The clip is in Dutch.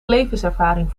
levenservaring